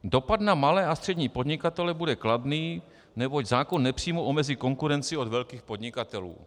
Dopad na malé a střední podnikatele bude kladný, neboť zákon nepřímo omezí konkurenci od velkých podnikatelů.